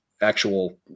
actual